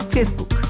Facebook